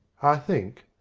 i think,